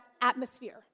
atmosphere